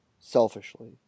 selfishly